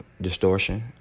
distortion